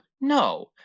No